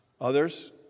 Others